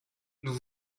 nous